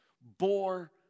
bore